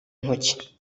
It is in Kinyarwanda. ntoki